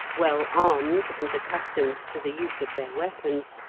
well armed and accustomed to the use of their weapons,